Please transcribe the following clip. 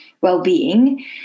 well-being